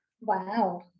Wow